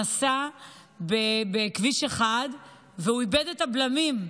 שנסע בכביש 1 ואיבד את הבלמים.